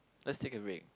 let's take a break